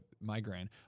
migraine